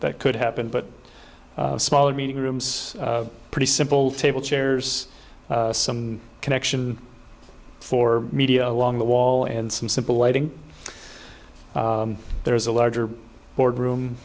that could happen but smaller meeting rooms pretty simple table chairs some connection for media along the wall and some simple lighting there is a larger board room